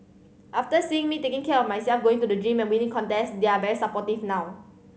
after seeing me taking care of myself going to the gym and winning contests they're very supportive now